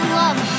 love